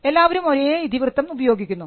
എല്ലാവരും ഒരേ ഇതിവൃത്തം ഉപയോഗിക്കുന്നു